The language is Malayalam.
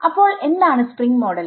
അപ്പോൾ എന്താണ് സ്പ്രിംഗ് മോഡൽ